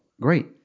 great